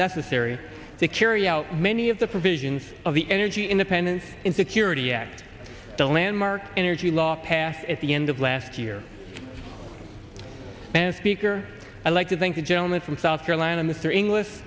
necessary to carry out many of the provisions of the energy independence in security act the landmark energy law passed at the end of last year and speaker i'd like to thank the gentleman from south carolina mr inglis